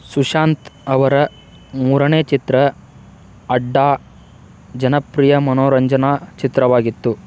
ಸುಶಾಂತ್ ಅವರ ಮೂರನೇ ಚಿತ್ರ ಅಡ್ಡಾ ಜನಪ್ರಿಯ ಮನೋರಂಜನಾ ಚಿತ್ರವಾಗಿತ್ತು